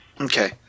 Okay